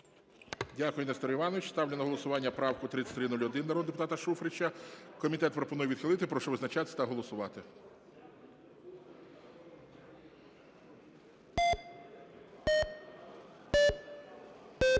Дякую, Нестор Іванович. Ставлю на голосування правку 3301 народного депутата Шуфрича. Комітет пропонує відхилити. Прошу визначатись та голосувати.